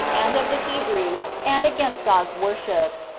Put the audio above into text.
and of the hebrews, and against god's worship.